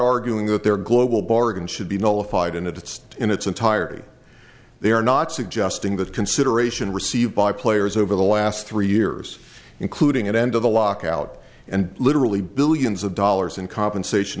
arguing that their global bargain should be notified and its in its entirety they are not suggesting that consideration received by players over the last three years including an end to the lockout and literally billions of dollars in compensation